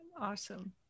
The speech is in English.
awesome